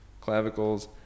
clavicles